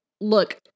look